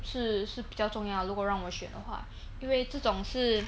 是是比较重要的如果让我选的话因为这种是